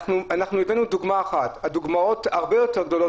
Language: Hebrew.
הבאנו דוגמה אחת, הדוגמאות הרבה יותר גדולות.